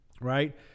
right